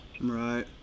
Right